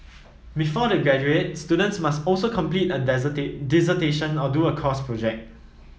before they graduate students must also complete a dissertation or do a course project